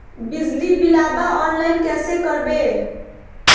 बिजली बिलाबा ऑनलाइन कैसे करबै?